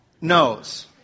knows